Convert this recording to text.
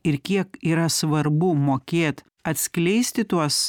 ir kiek yra svarbu mokėt atskleisti tuos